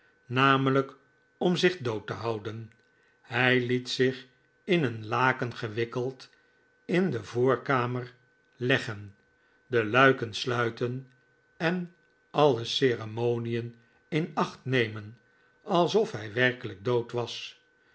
namelijk om zich dood te houden hij liet zich in een laken gewikkeld in de voorkamer leggen de luiken sluiten en alle ceremonien in acht nemen alsof hij werkelijk dood was